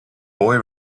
boy